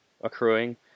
accruing